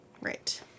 Right